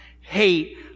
hate